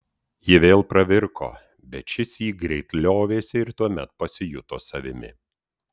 ji vėl pravirko bet šįsyk greit liovėsi ir tuomet pasijuto savimi